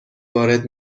وارد